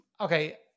Okay